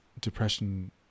depression